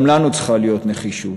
גם לנו צריכה להיות נחישות.